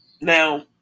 now